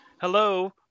hello